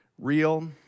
real